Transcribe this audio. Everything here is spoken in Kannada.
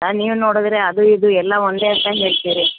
ಹಾಂ ನೀವು ನೋಡಿದ್ರೆ ಅದು ಇದು ಎಲ್ಲ ಒಂದೇ ಅಂತ ಹೇಳ್ತಿರಿ